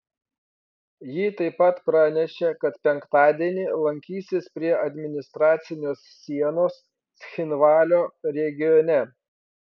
ji taip pat pranešė kad penktadienį lankysis prie administracinės sienos cchinvalio regione